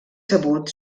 sabut